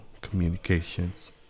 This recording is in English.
communications